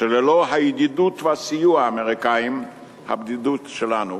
שללא הידידות והסיוע האמריקניים הבדידות שלנו